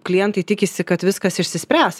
klientai tikisi kad viskas išsispręs